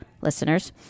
listeners